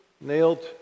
nailed